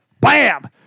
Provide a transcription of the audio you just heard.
Bam